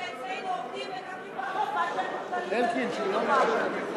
רק שאצלנו עובדים מקבלים פחות מאשר מובטלים במדינות נורמליות.